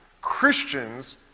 Christians